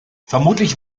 vermutlich